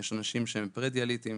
יש אנשים שהם פרה-דיאליטיים.